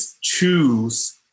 choose